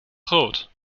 goud